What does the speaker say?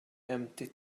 empty